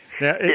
Now